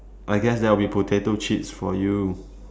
I guess that will be potato chips for you